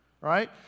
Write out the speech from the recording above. right